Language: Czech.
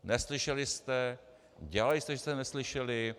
Neslyšeli jste, dělali jste, že jste neslyšeli.